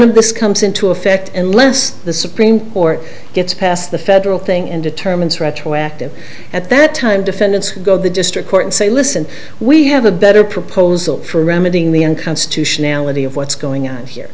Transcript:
of this comes into effect unless the supreme court gets past the federal thing and determines retroactive at that time defendants go to the district court and say listen we have a better proposal for remedying the unconstitutionality of what's going on here